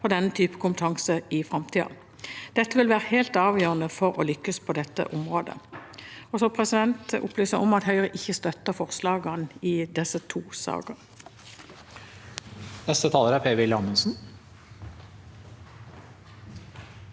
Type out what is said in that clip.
for denne typen kompetanse i framtida. Dette vil være helt avgjørende for å lykkes på dette området. Så opplyser jeg om at Høyre ikke støtter forslagene i disse to sakene.